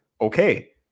okay